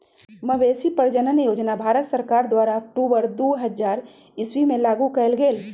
मवेशी प्रजजन योजना भारत सरकार द्वारा अक्टूबर दू हज़ार ईश्वी में लागू कएल गेल